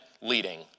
leading